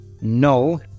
no